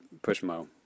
Pushmo